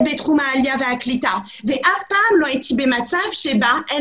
בתחום העלייה והקליטה ואף פעם לא הייתי במצב שבו אין